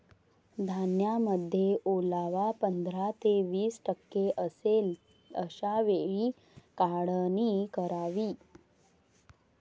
धान्यामध्ये ओलावा पंधरा ते वीस टक्के असेल अशा वेळी काढणी करावी